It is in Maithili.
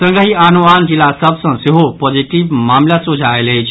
संगहि आनो आन जिला सभ सँ सेहो पॉजिटिव मामिला सोझा आयल अछि